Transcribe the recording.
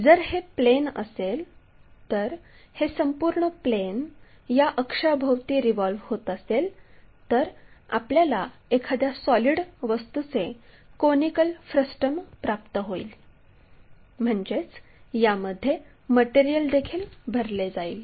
जर हे प्लेन असेल तर हे संपूर्ण प्लेन या अक्षाभोवती रिव्हॉल्व होत असेल तर आपल्याला एखाद्या सॉलिड वस्तूचे कोनिकल फ्रस्टम प्राप्त होईल म्हणजेच यामध्ये मटेरियल देखील भरले जाईल